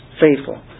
faithful